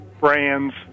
brands